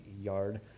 yard